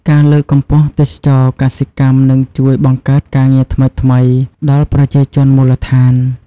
ការលើកកម្ពស់ទេសចរណ៍កសិកម្មនឹងជួយបង្កើតការងារថ្មីៗដល់ប្រជាជនមូលដ្ឋាន។